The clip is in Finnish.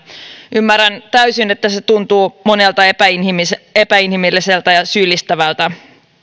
ymmärrän täysin että se tuntuu monesta epäinhimilliseltä epäinhimilliseltä ja syyllistävältä